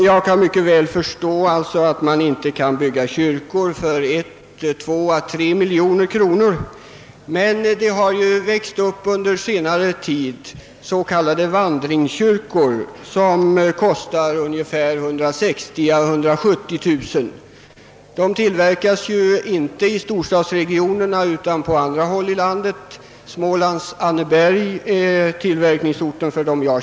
Jag kan mycket väl förstå att man inte i nuvarande läge kan bygga kyrkor för 1, 2 eller 3 miljoner kro nor, men på senare tid har s.k. vandringskyrkor kommit in i bilden. Dessa kostar cirka 160 000—170 000 kronor. De tillverkas inte i storstadsregionerna utan på annat håll i landet, t.ex. Smålands Anneberg.